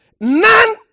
none